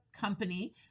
company